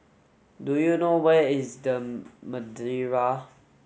do you know where is The Madeira